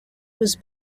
was